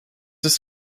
ist